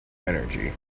energy